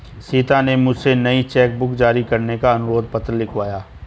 सीता ने मुझसे नई चेक बुक जारी करने का अनुरोध पत्र लिखवाया